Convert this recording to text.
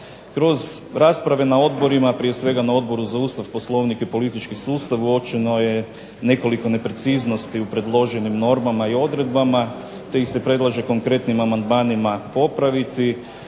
Kroz rasprave na odborima, prije svega na Odboru za Ustav, Poslovnik i politički sustav, uočeno je nekoliko nepreciznosti u predloženim normama i odredbama, te ih se predlaže konkretnim amandmanima popraviti.